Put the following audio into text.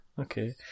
Okay